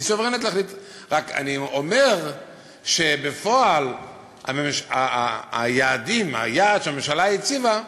אני רק אומר שבפועל היעד שהממשלה הציבה,